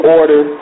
order